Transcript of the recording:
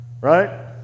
right